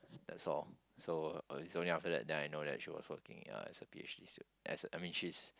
that's all so it's only after that then I know that she was working as a p_h_d stud~ as I mean she is